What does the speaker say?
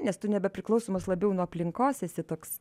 nes tu nebepriklausomas labiau nuo aplinkos esi toks